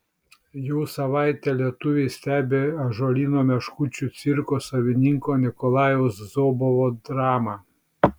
jau savaitę lietuviai stebi ąžuolyno meškučių cirko savininko nikolajaus zobovo dramą